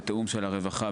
בתיאום של הרווחה,